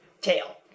tail